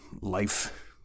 life